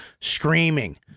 screaming